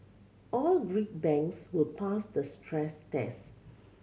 all Greek banks will pass the stress tests